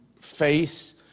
face